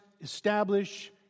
establish